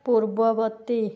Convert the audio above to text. ପୂର୍ବବର୍ତ୍ତୀ